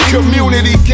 Community